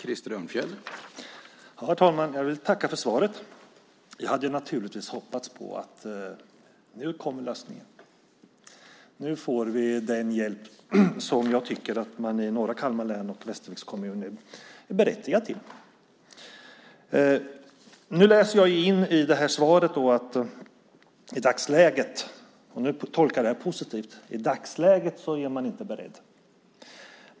Herr talman! Jag vill tacka för svaret. Jag hade naturligtvis hoppats på att lösningen nu skulle komma, på att man nu skulle få den hjälp som jag tycker att man i norra Kalmar län och Västerviks kommun är berättigad till. Nu läser jag in i det här svaret - och då tolkar jag det positivt - att man i dagsläget inte är beredd till detta.